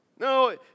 No